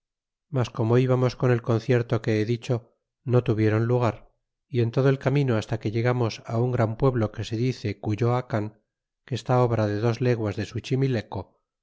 mas como íbamos con el concierto que he dicho no tuvieron lugar y en todo el camino hasta que llegamos un gran pueblo que se dice cuyoacan que está obra de dos leguas de